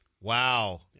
Wow